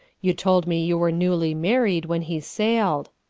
you told me you were newly married when he sailed.